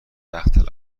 وقت